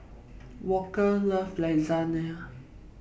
Walker loves Lasagne